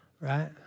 right